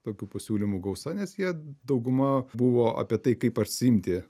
tokių pasiūlymų gausa nes jie dauguma buvo apie tai kaip atsiimti